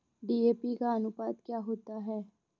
DAP का अनुपात क्या होता है?